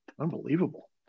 Unbelievable